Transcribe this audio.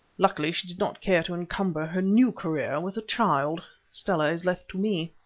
luckily, she did not care to encumber her new career with the child stella is left to me.